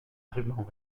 rubans